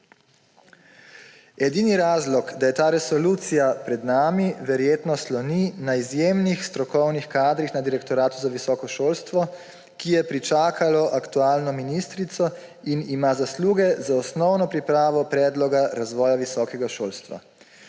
Edini razlog, da je ta resolucija pred nami, verjetno sloni na izjemnih strokovnih kadrih na Direktoratu za visoko šolstvo, ki je pričakalo aktualno ministrico in ima zasluge za osnovno pripravo predloga razvoja visokega šolstva.